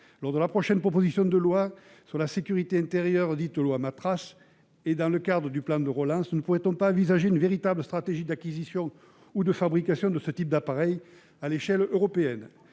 cadre de la prochaine proposition de loi sur la sécurité civile, dite « Matras », et du plan de relance, ne pourrait-on pas envisager une véritable stratégie d'acquisition ou de fabrication de ce type d'appareil à l'échelle européenne ?